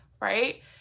right